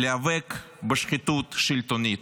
להיאבק בשחיתות השלטונית,